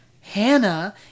Hannah